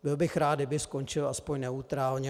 Byl bych rád, kdyby skončil aspoň neutrálně.